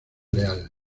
leal